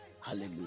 Hallelujah